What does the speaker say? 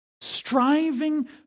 striving